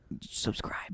subscribe